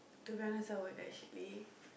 to be honest I would actually